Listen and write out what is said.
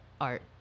art